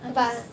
and because